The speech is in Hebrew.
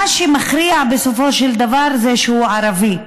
מה שמכריע בסופו של דבר זה שהוא ערבי.